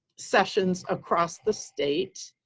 sessions across the state